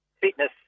fitness